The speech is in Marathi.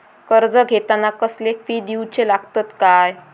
कर्ज घेताना कसले फी दिऊचे लागतत काय?